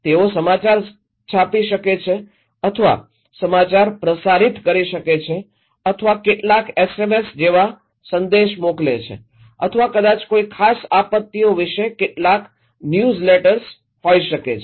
તેઓ સમાચાર છાપી શકે છે અથવા સમાચાર પ્રસારિત કરી શકે છે અથવા કેટલાક એસએમએસ જેવા સંદેશ મોકલે છે અથવા કદાચ કોઈ ખાસ આપત્તિઓ વિશે કેટલાક ન્યૂઝલેટર્સ હોઈ શકે છે